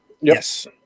Yes